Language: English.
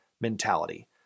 mentality